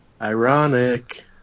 Ironic